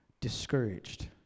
discouraged